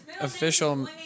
official